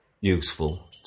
useful